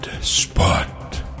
Spot